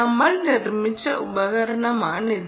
നമ്മൾ നിർമ്മിച്ച ഉപകരണമാണിത്